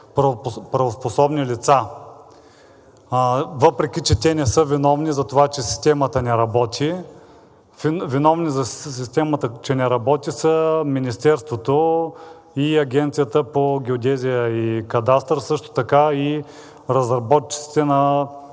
правоспособни лица, въпреки че те не са виновни за това, че системата не работи. Виновни за системата, че не работи, са Министерството и Агенцията по геодезия, картография и кадастър, също така и разработчиците на